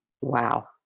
Wow